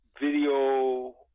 video